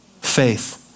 Faith